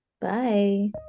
Bye